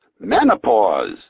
menopause